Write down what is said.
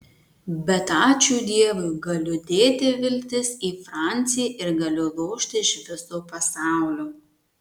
bet ačiū dievui galiu dėti viltis į francį ir galiu lošti iš viso pasaulio